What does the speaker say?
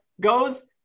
goes